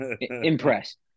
impressed